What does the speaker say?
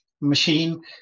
machine